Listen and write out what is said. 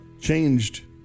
changed